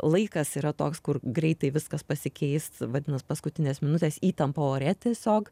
laikas yra toks kur greitai viskas pasikeis vadinas paskutinės minutės įtampa ore tiesiog